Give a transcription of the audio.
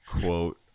Quote